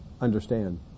understand